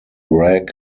rag